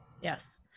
yes